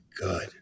good